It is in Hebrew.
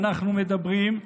אנחנו מדברים,